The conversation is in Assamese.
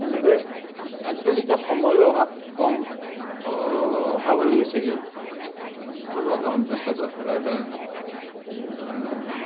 এনেকৈ আজিকালি এতিয়া সময়ৰো অভাৱ কম অভাৱ হৈ গৈছেগৈ মানে ঘৰুৱা কামত ব্য়স্ততা থকাৰ কাৰণে